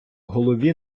голові